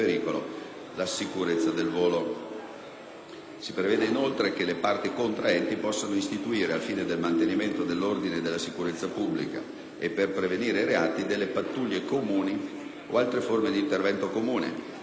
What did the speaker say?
Si prevede inoltre che le parti contraenti possano istituire, al fine del mantenimento dell'ordine e della sicurezza pubblica e per prevenire i reati, pattuglie comuni o altre forme di intervento comune, nell'ambito delle quali funzionari o altri agenti